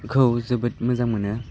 खौ जोबोद मोजां मोनो